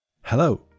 Hello